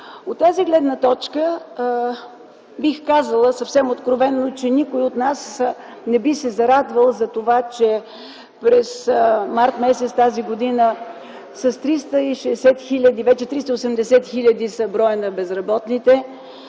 От тази гледна точка бих казала съвсем откровено, че никой от нас не би се зарадвал на това, че през м. март т.г. 360 хиляди, вече 380 хиляди, е броят на безработните;